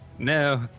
No